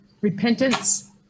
repentance